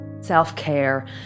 Self-care